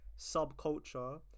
subculture